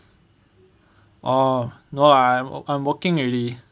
oh no I'm I'm working already